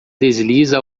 desliza